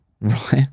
Right